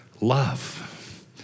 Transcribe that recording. love